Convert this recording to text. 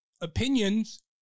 opinions